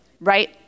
right